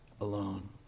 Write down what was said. alone